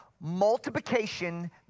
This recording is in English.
Multiplication